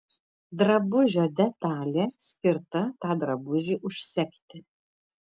drabužio detalė skirta tą drabužį užsegti